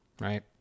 right